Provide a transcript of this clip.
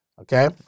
Okay